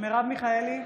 מרב מיכאלי,